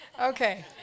okay